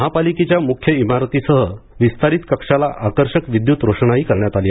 महापालिकेच्या मुख्य इमारतीसह विस्तारित कक्षाला आकर्षक विद्युत रोषणाई करण्यात आली आहे